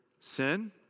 sin